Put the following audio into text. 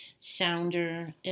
Sounder